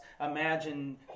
imagine